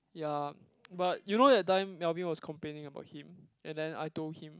ya but you know that time Melvin was complaining about him and then I told him